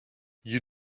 you